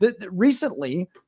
recently